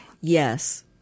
Yes